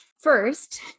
First